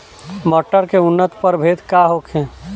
मटर के उन्नत प्रभेद का होखे?